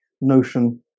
notion